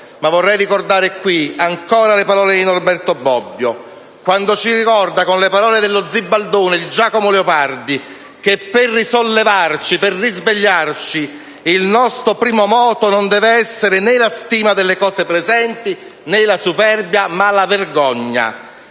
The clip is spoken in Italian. Vorrei ricordare ancora Norberto Bobbio quando, con le parole dello «Zibaldone» di Giacomo Leopardi, ci dice che, per risollevarci e risvegliarci, «il nostro primo moto non deve essere né la stima delle cose presenti, né la superbia, ma la vergogna».